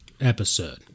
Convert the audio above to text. episode